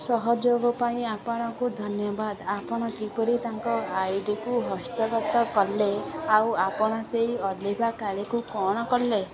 ସହଯୋଗ ପାଇଁ ଆପଣଙ୍କୁ ଧନ୍ୟବାଦ ଆପଣ କିପରି ତାଙ୍କ ଆଇଡିକୁ ହସ୍ତଗତ କଲେ ଆଉ ଆପଣ ସେହି ଅଲିଭା କାଳିକୁ କ'ଣ କଲେ